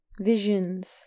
visions